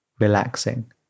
Relaxing